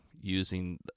using